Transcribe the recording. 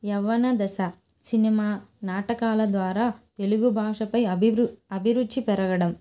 యవ్వన దశ సినిమా నాటకాల ద్వారా తెలుగు భాషపై అభివృ అభిరుచి పెరగడం